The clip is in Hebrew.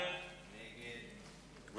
הצעת הסיכום שהביא